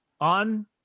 On